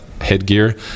headgear